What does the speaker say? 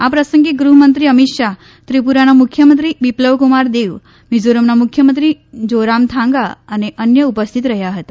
આ પ્રસંગે ગૃહમંત્રી અમીત શાહ્ ત્રિપુરાના મુખ્યમંત્રી બીપ્લવકુમાર દેવ મિઝોરમના મુખ્યમંત્રી ઝોરામથાંગા અને અન્ય ઉપસ્થિત રહ્યા હતા